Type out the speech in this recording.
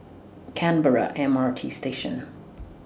Canberra M R T Station